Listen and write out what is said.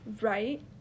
right